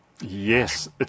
Yes